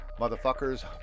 Motherfuckers